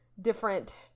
different